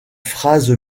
phrase